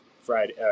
Friday